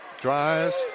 drives